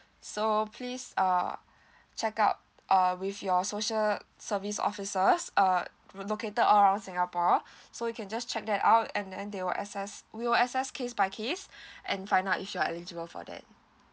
so please err check out uh with your social service officers uh located around singapore so you can just check that out and then they will assess we will assess case by case and find out if you're eligible for that